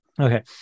Okay